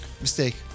Mistake